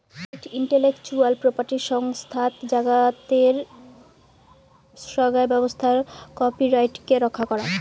world intellectual property সংস্থাত জাগাতের সোগাই ব্যবসার কপিরাইটকে রক্ষা করাং